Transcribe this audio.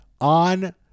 on